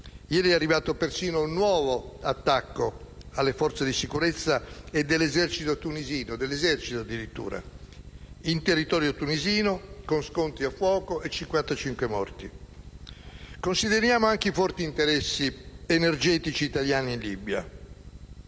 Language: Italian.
Ieri è arrivato persino un nuovo attacco alle forze di sicurezza e dell'esercito tunisino - dell'esercito, addirittura! - in territorio tunisino, con scontri a fuoco e 55 morti. Consideriamo anche i forti interessi energetici italiani in Libia.